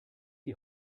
die